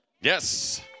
Yes